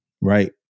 right